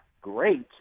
great